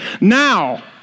Now